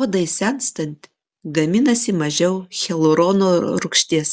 odai senstant gaminasi mažiau hialurono rūgšties